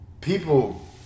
People